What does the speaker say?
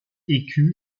écu